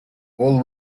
all